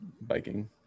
biking